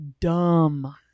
dumb